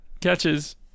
Catches